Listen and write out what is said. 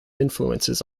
influences